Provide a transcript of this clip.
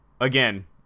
again